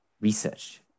research